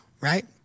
right